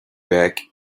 back